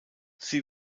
sie